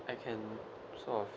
I can sort of